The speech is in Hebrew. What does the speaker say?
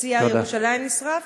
חצי יער ירושלים נשרף,